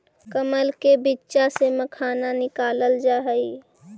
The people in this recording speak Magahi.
कमल के बीच्चा से मखाना निकालल जा हई